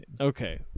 Okay